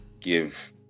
give